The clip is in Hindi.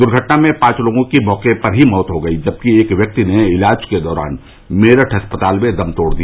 दुर्घटना में पांच लोगों की मौके पर ही मौत हो गयी जबकि एक व्यक्ति ने इलाज के दौरान मेरठ अस्पताल में दम तोड़ दिया